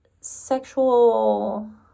sexual